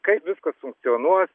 kaip viskas funkcionuos